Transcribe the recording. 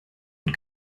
und